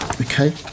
Okay